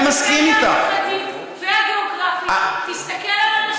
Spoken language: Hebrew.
לפריפריה החברתית והגיאוגרפית, תסתכל על אנשים